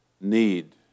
need